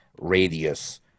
radius